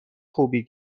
خوبی